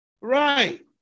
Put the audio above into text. Right